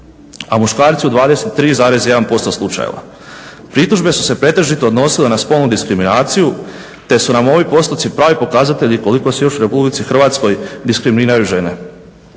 a muškarci u 23,1% slučajeva. Pritužbe su se pretežito odnosile na spolnu diskriminaciju, te su nam ovi postoci pravi pokazatelji koliko se još u Republici Hrvatskoj diskriminiraju žene.